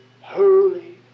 holy